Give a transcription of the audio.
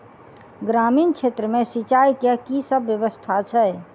ग्रामीण क्षेत्र मे सिंचाई केँ की सब व्यवस्था छै?